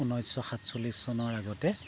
ঊনৈছশ সাতচল্লিছ চনৰ আগতে